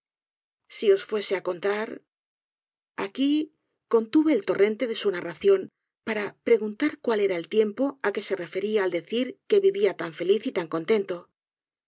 si os fuese á contar aqui contuve el torrente de su narración para preguntar cuál era el tiempo á que se referia al decir que vivia tan feliz y tan contento